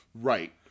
Right